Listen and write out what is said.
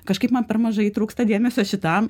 kažkaip man per mažai trūksta dėmesio šitam